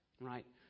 Right